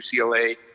ucla